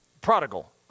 prodigal